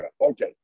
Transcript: Okay